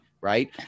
right